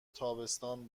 تابستان